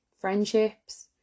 friendships